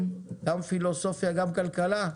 גם פילוסופיה וגם כלכלה?